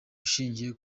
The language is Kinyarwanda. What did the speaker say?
ushingiye